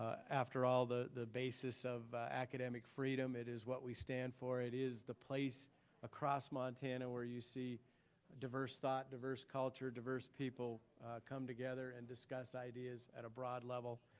after all, the the basis of academic freedom, it is what we stand for, it is the place across montana where you see diverse thought, diverse culture, diverse people come together and discuss ideas at a broad level.